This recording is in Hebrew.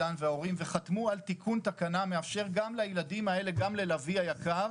והחקיקה תאפשר גם לילדים האלה וגם גם ללביא היקר,